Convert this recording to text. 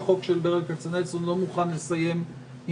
בחוק של ברל כצנלסון אני לא מוכן לסיים עם